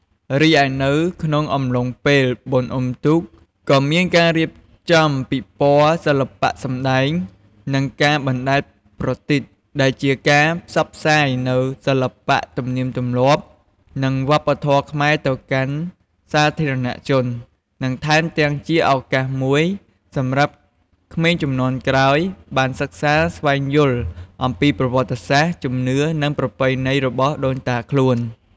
រីឯនៅក្នុងអំឡុងពេលបុណ្យអុំទូក ក៏មានការរៀបចំពិព័រណ៍ សិល្បៈ សម្ដែង និងការបណ្ដែតប្រទីប ដែលជាការផ្សព្វផ្សាយនូវសិល្បៈ ទំនៀមទម្លាប់ និងវប្បធម៌ខ្មែរទៅកាន់សាធារណជន និងថែមទាំងជាឱកាសមួយសម្រាប់ក្មេងជំនាន់ក្រោយបានសិក្សាស្វែងយល់អំពីប្រវត្តិសាស្ត្រ ជំនឿ និងប្រពៃណីរបស់ដូនតាខ្លួន។